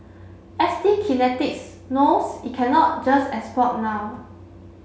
S T Kinetics knows it cannot just export now